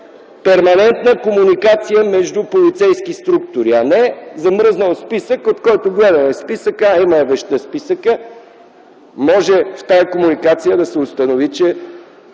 перманентна комуникация между полицейски структури, а не замръзнал списък (гледаме списъка - а, има я вещта в списъка). В тази комуникация може да се установи, че